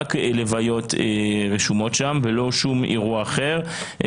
גם הלוויות רשומות שם ולא שום אירוע אחר.